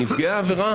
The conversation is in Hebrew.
נפגעי העבירה